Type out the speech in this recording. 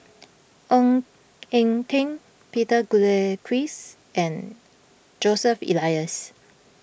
Ng Eng Teng Peter Gilchrist and Joseph Elias